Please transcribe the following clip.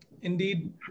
Indeed